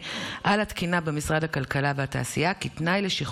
ולהקל את התנאים הנדרשים לשם